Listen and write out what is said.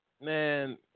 Man